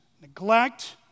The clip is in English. neglect